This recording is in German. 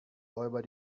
räuber